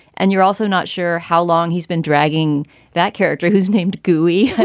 and you're also not sure how long he's been dragging that character who's named gooey.